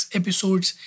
episodes